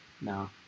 No